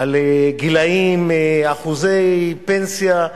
על גילאים, אחוזי פנסיה.